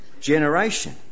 generation